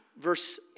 Verse